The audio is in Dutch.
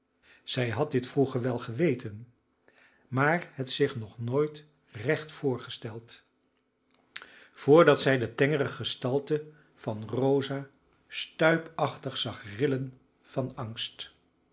zij had dit vroeger wel geweten maar het zich nog nooit recht voorgesteld vrdat zij de tengere gestalte van rosa stuipachtig zag rillen van angst